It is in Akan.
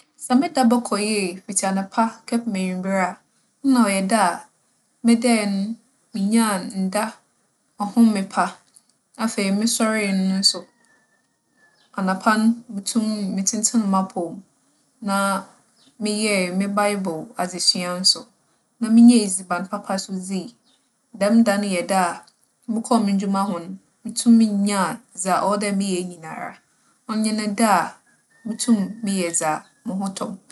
Sɛ me da bͻkͻ yie, fitsi anapa kɛpem ewimber a, nna ͻyɛ da a medae no, minyaa nda, ͻhome pa. Afei, mosoɛree no so, anapa no, mutumii tsentseen m'apͻw mu na meyɛɛ me baebor adzesua so, na minyaa edziban papa so dzii. Dɛm da no yɛ da a, mokͻr mo ndwuma ho no, mutumii nyaa dza ͻwͻ dɛ meyɛ nyina. ͻno nye da a mutum yɛ dza moho tͻ me.